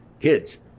kids